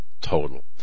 total